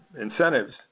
incentives